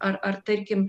ar ar tarkim